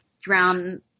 drown